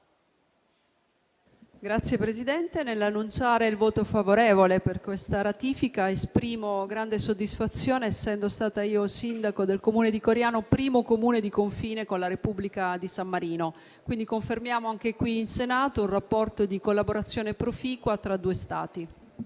Signor Presidente, nell’annunciare il voto favore- vole a questa ratifica, esprimo grande soddisfazione, essendo stata io sindaco di Coriano, primo Comune di confine con la Repubblica di San Marino, in quanto si conferma anche qui in Senato un rapporto di collaborazione proficua tra i due Stati.